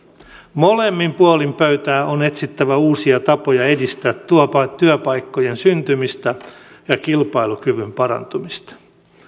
molemmin puolin pöytää on etsittävä uusia tapoja edistää työpaikkojen syntymistä ja kilpailukyvyn parantumista